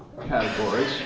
categories